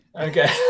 Okay